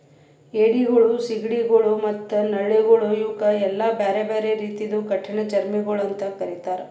ಏಡಿಗೊಳ್, ಸೀಗಡಿಗೊಳ್ ಮತ್ತ ನಳ್ಳಿಗೊಳ್ ಇವುಕ್ ಎಲ್ಲಾ ಬ್ಯಾರೆ ಬ್ಯಾರೆ ರೀತಿದು ಕಠಿಣ ಚರ್ಮಿಗೊಳ್ ಅಂತ್ ಕರಿತ್ತಾರ್